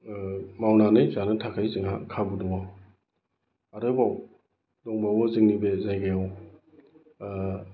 मावनानै जानो थाखाय जोंहा खाबु दङ आरोबाव दंबावो जोंनि बे जायगायाव